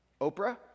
Oprah